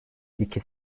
iki